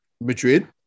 Madrid